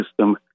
system